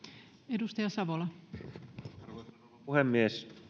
arvoisa rouva puhemies